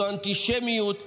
זו אנטישמיות לשמה,